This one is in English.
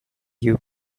you